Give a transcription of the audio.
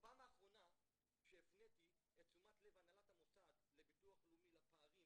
בפעם האחרונה שהפניתי את תשומת לב הנהלת המוסד לביטוח לאומי לפערים